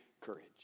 courage